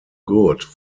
good